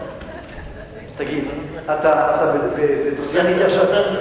תגיד, אתה בדו-שיח אתי עכשיו?